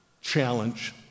challenge